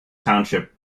township